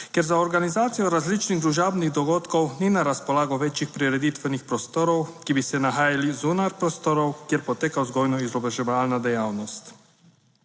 kjer za organizacijo različnih družabnih dogodkov ni na razpolago večjih prireditvenih prostorov, ki bi se nahajali zunaj prostorov, kjer poteka vzgojno-izobraževalna dejavnost.